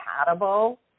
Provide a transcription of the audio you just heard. compatible